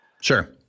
sure